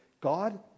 God